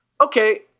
Okay